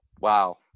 wow